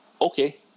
Okay